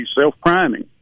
self-priming